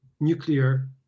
nuclear